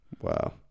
Wow